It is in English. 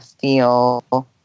feel